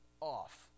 off